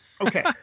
okay